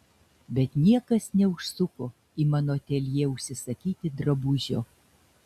bet niekas neužsuko į mano ateljė užsisakyti drabužio